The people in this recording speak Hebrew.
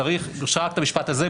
צריך להגיד רק את המשפט הזה,